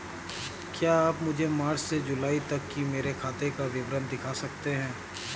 क्या आप मुझे मार्च से जूलाई तक की मेरे खाता का विवरण दिखा सकते हैं?